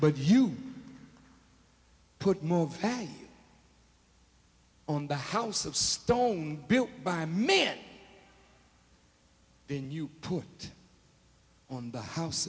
but you put more value on the house of stone built by man then you put it on the house